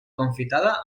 confitada